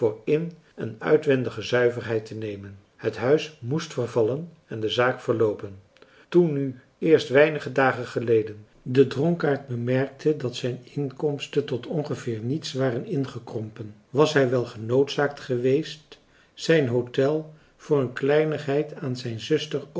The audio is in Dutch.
drietal novellen verheid te nemen het huis moest vervallen en de zaak verloopen toen nu eerst weinige dagen geleden de dronkaard bemerkte dat zijn inkomsten tot ongeveer niets waren ingekrompen was hij wel genoodzaakt geweest zijn hôtel voor een kleinigheid aan zijn zuster